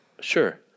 Sure